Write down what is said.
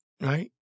right